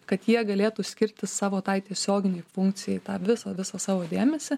kad jie galėtų skirti savo tai tiesioginei funkcijai tą visą visą savo dėmesį